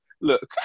Look